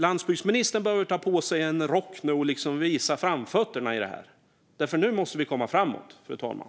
Landsbygdsministern behöver ta på sig en rock och visa framfötterna i detta. Nu måste vi komma framåt, fru talman.